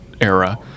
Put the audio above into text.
era